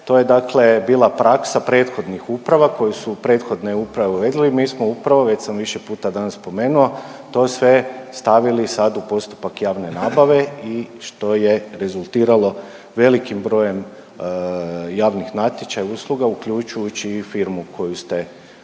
to je dakle bila praksa prethodnih uprava koje su prethodne uprave …. Mi smo upravo već sam više puta danas spomenuo to sve stavili sad u postupak javne nabave i što je rezultiralo velikim brojem javnih natječaja usluga uključujući i firmu koju ste ovaj